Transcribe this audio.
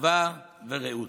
אחווה ורעות.